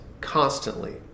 constantly